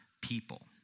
people